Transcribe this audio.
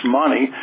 money